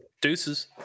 deuces